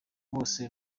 bose